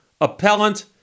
appellant